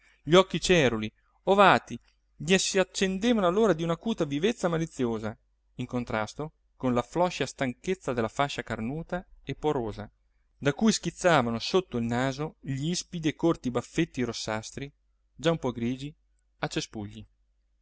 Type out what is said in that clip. gli occhi ceruli ovati gli s'accendevano allora di un'acuta vivezza maliziosa in contrasto con la floscia stanchezza della faccia carnuta e porosa da cui schizzavano sotto il naso gl'ispidi e corti baffetti rossastri già un po grigi a cespugli